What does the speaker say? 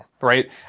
right